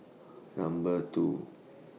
Number two